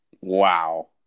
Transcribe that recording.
Wow